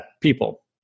people